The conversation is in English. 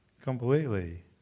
completely